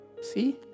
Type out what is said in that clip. See